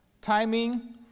Timing